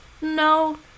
no